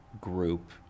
group